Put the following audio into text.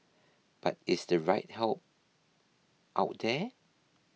but is the right help out there